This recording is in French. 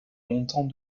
montant